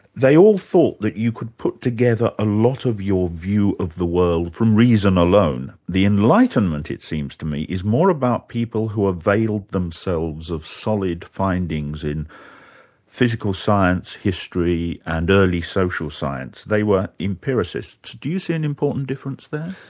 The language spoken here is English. they all thought that you could put together a lot of your view of the world from reason alone. the enlightenment it seems to me, is more about people who availed themselves of solid findings in physical science, history and early social science. they were empiricists. do you see an important difference there?